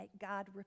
God